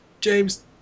James